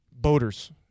boaters